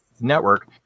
network